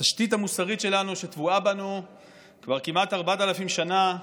התשתית המוסרית שלנו טבועה בנו כבר כמעט 4,000 שנה.